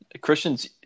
Christian's